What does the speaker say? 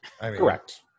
Correct